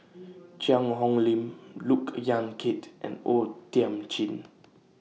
Cheang Hong Lim Look Yan Kit and O Thiam Chin